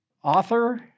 author